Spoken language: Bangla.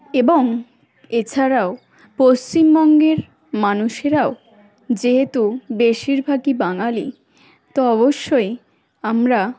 এবং এছাড়াও পশ্চিমবঙ্গের মানুষরাও যেহেতু বেশিরভাগই বাঙালি তো অবশ্যই আমরা